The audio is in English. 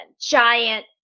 giant